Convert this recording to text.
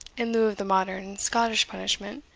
in lieu of the modern scottish punishment,